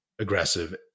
aggressive